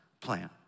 plan